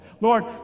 Lord